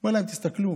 ואומר להם: תסתכלו,